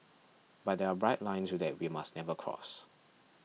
but there are bright lines that we must never cross